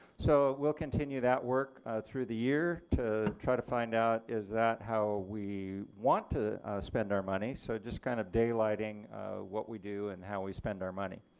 so we'll continue that work through the year to try to find out is that how we want to spend our money so just kind of daylighting what we do and how we spend our money.